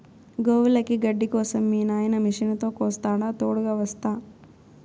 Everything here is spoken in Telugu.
గోవులకి గడ్డి కోసం మీ నాయిన మిషనుతో కోస్తాడా తోడుగ వస్తా